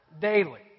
daily